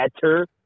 better